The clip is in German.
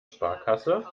sparkasse